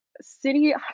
city